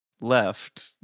left